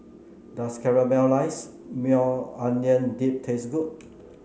does Caramelized Maui Onion Dip taste good